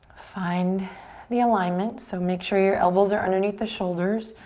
find the alignment. so make sure your elbows are underneath the shoulders.